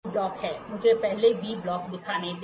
अगला V Block है मुझे पहले V ब्लॉक दिखानें दे